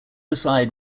aside